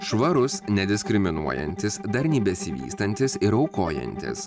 švarus nediskriminuojantis darniai besivystantis ir aukojantis